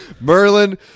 Merlin